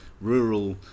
rural